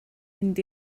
mynd